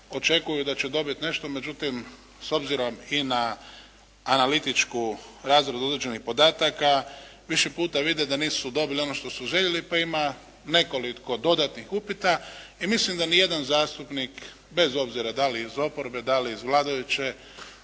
očekuju da će dobiti nešto, međutim s obzirom i na analitičku razradu određenih podataka više puta vide da nisu dobili ono što su željeli pa ima nekoliko dodatnih upita i mislim da ni jedan zastupnik bez obzira da li iz oporbe, da li iz vladajuće